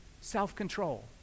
self-control